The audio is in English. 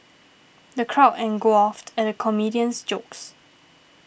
the crowd and guffawed at the comedian's jokes